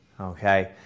Okay